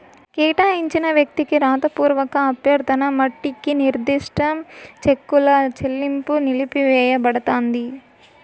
కేటాయించిన వ్యక్తికి రాతపూర్వక అభ్యర్థన మట్టికి నిర్దిష్ట చెక్కుల చెల్లింపు నిలిపివేయబడతాంది